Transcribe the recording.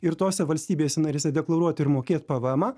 ir tose valstybėse narėse deklaruot ir mokėt pvmą